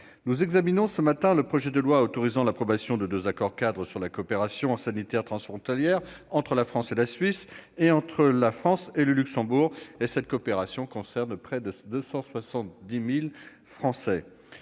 Nous examinons ce matin le projet de loi autorisant l'approbation de deux accords-cadres sur la coopération sanitaire transfrontalière entre la France et la Suisse, d'une part, et entre la France et le Luxembourg, d'autre part. Cette coopération concerne près de 270 000 Français.